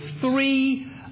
three